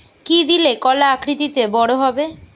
কি দিলে কলা আকৃতিতে বড় হবে?